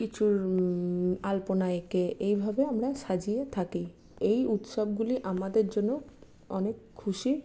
কিছু আল্পনা এঁকে এইভাবে আমরা সাজিয়ে থাকি এই উৎসবগুলি আমাদের জন্য অনেক খুশির